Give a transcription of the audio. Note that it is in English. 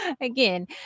again